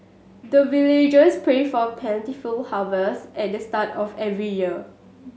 the villagers pray for plentiful harvest at the start of every year